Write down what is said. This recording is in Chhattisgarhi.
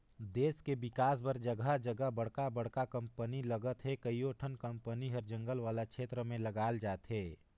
देस के बिकास बर जघा जघा बड़का बड़का कंपनी लगत हे, कयोठन कंपनी हर जंगल वाला छेत्र में लगाल जाथे